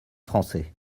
français